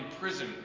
prison